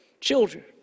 Children